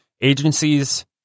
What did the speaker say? Agencies